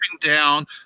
down